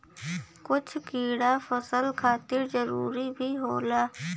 कुछ कीड़ा फसल खातिर जरूरी भी होला